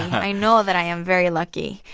i know that i am very lucky.